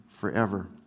forever